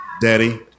Daddy